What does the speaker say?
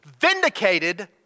vindicated